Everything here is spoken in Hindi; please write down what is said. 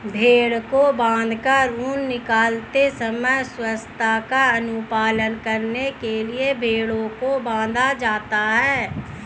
भेंड़ को बाँधकर ऊन निकालते समय स्वच्छता का अनुपालन करने के लिए भेंड़ों को बाँधा जाता है